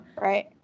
right